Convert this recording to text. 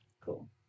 Cool